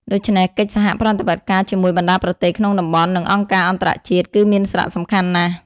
ដូច្នេះ កិច្ចសហប្រតិបត្តិការជាមួយបណ្តាប្រទេសក្នុងតំបន់ និងអង្គការអន្តរជាតិ គឺមានសារៈសំខាន់ណាស់។